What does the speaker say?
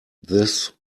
this